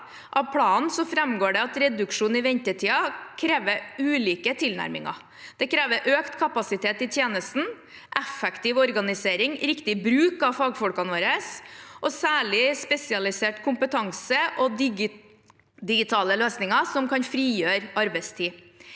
Av planen framgår det at reduksjon i ventetider krever ulike tilnærminger. Det krever økt kapasitet i tjenesten, effektiv organisering, riktig bruk av fagfolkene våre, særlig spesialisert kompetanse og digitale løsninger som kan frigjøre arbeidstid.